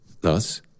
Thus